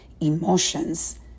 emotions